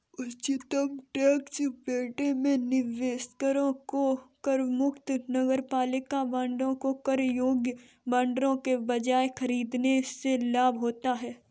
उच्चतम tax bracket में निवेशकों को करमुक्त नगरपालिका बांडों को कर योग्य बांडों के बजाय खरीदने से लाभ होता है